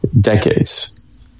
decades